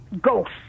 ghost